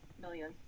million